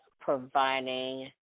providing